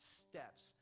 steps